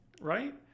Right